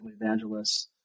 evangelists